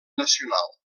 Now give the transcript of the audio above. nacional